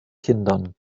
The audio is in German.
kindern